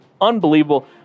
unbelievable